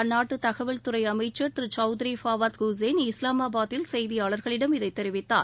அந்நாட்டு தகவல் துறை அமைச்சர் திரு சவுத்திரி ஃபாவாத் இஸ்கேன் இஸ்லாமாபாத்தில் செய்தியாளார்களிடம் இதை தெரிவித்தார்